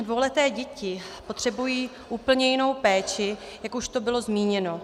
Dvouleté děti potřebují úplně jinou péči, jak už tu bylo zmíněno.